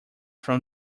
from